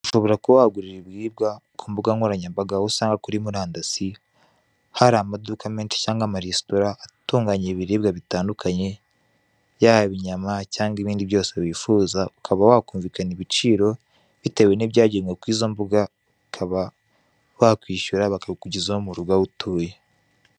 Ushobora kuba wagurira ibiribwa ku mbuga nkoranyambaga, aho usanga kuri murandasi hari amaduka menshi cyangwa ameresitora atunganya ibiribwa bitandukanye, yaba inyama cyangwa ibindi byose wifuza, ukaba wakumvikana ibiciro bitewe n'ibyagenwe kuri izo mbuga, ukaba wakwishyura, bakabikugezaho mu rugo aho utuye.